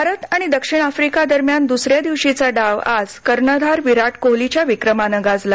भारत आणि दक्षिण आफ्रिका दरम्यान दुसऱ्या दिवशीचा डाव आज कर्णधार विराट कोहलीच्या विक्रमानं गाजला